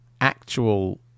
actual